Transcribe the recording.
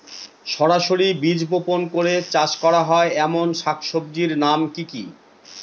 সরাসরি বীজ বপন করে চাষ করা হয় এমন শাকসবজির নাম কি কী?